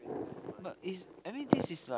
but it's I mean this is like